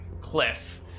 cliff